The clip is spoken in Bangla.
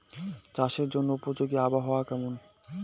চাষের জন্য উপযোগী আবহাওয়া কেমন?